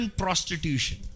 prostitution